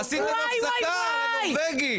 עשיתם הפסקה על הנורווגי.